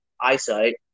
eyesight